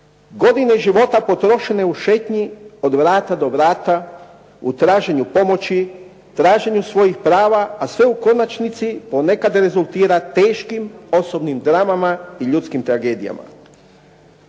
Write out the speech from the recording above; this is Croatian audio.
Godine života potrošene u šetnji od vrata do vrata u traženju pomoći, traženju svojih prava a sve u konačnici ponekad rezultira teškim osobnim dramama i ljudskim tragedijama.